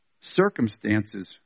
circumstances